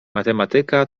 matematyka